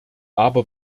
aber